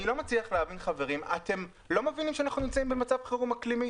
אני לא מצליח להבין אתם לא מבינים שאנחנו נמצאים במצב חירום אקלימי?